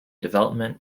development